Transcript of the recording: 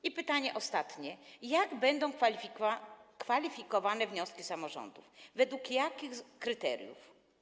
I pytanie ostatnie: Jak będą kwalifikowane wnioski samorządów, według jakich kryteriów?